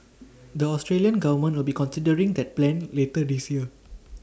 the Australian government will be considering that plan later this year